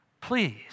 please